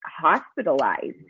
hospitalized